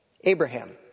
Abraham